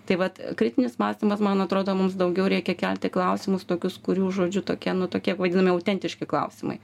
tai vat kritinis mąstymas man atrodo mums daugiau reikia kelti klausimus tokius kurių žodžiu tokie nu tokie vadinami autentiški klausimai